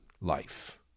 life